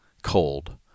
cold